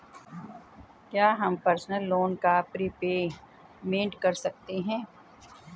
क्या हम personal loan का प्रीपेमेंट कर सकते हैं?